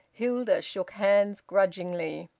hilda shook hands grudgingly.